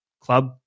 club